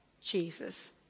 Jesus